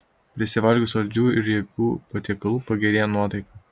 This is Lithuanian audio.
prisivalgius saldžių ir riebių patiekalų pagerėja nuotaika